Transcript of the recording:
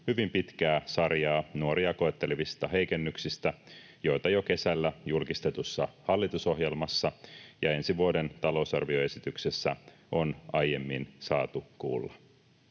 hyvin pitkää sarjaa nuoria koettelevista heikennyksistä, josta jo kesällä julkistetussa hallitusohjelmassa ja ensi vuoden talousarvioesityksessä on aiemmin saatu kuulla.